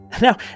Now